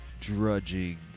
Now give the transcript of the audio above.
drudging